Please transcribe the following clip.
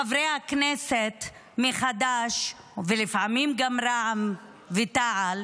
חברי הכנסת מחד"ש, ולפעמים גם רע"מ ותע"ל.